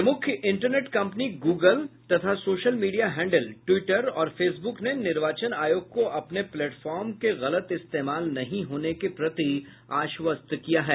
प्रमुख internet company Google तथा social media handle Twitter और फेसब्क ने निर्वाचन आयोग को अपने प्लेटफार्म के गलत इस्तेमाल नहीं होने के प्रति आश्वस्त किया है